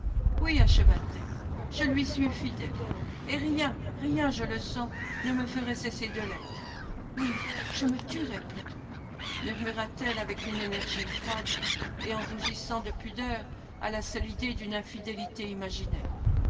oui acheva t elle je lui suis fidèle et rien rien je le sens ne me ferait cesser de l'être oui je me tuerais plutôt murmura-t-elle avec une énergie froide et en rougissant de pudeur à la seule idée d'une infidélité imaginaire